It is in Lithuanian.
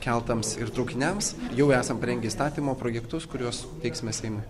keltams ir traukiniams jau esam parengę įstatymo projektus kuriuos teiksime seimui